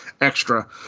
extra